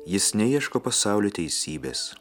jis neieško pasauly teisybės